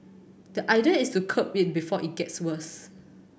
the idea is to curb it before it gets worse